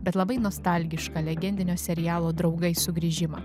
bet labai nostalgišką legendinio serialo draugai sugrįžimą